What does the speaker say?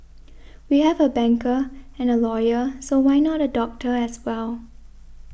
we have a banker and a lawyer so why not a doctor as well